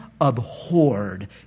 abhorred